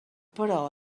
però